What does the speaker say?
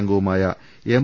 അംഗവുമായ എം